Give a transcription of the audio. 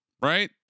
right